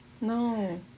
No